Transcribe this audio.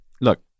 Look